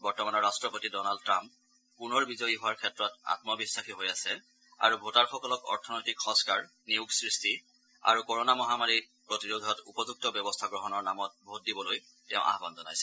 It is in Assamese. বৰ্তমানৰ ৰাট্টপতি ডনাল্ড ট্ৰাম্প পুনৰ বিজয়ী হোৱাৰ ক্ষেত্ৰত আম্ববিশ্বাসী হৈ আছে আৰু ভোটাৰসকলক অৰ্থনৈতিক সংস্থাৰ নিয়োগ সৃষ্টি আৰু আৰু কৰোনা মহামাৰীৰপ্ৰতিৰোধত উপযুক্ত ব্যৱস্থা গ্ৰহণৰ নামত ভোট দিবলৈ তেওঁ আহ্মন জনাইছে